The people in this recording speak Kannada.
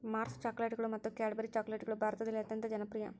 ಮಾರ್ಸ್ ಚಾಕೊಲೇಟ್ಗಳು ಮತ್ತು ಕ್ಯಾಡ್ಬರಿ ಚಾಕೊಲೇಟ್ಗಳು ಭಾರತದಲ್ಲಿ ಅತ್ಯಂತ ಜನಪ್ರಿಯ